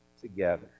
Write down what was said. together